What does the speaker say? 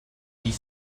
huit